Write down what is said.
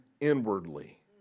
inwardly